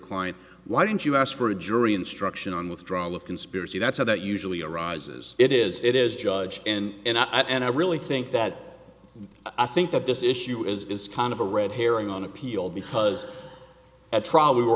client why didn't you ask for a jury instruction on withdrawal of conspiracy that said that usually arises it is it is judge and i and i really think that i think that this issue is kind of a red herring on appeal because at trial we were